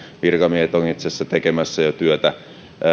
virkamiehet ovat itse asiassa tekemässä jo työtä